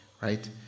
Right